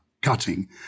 cutting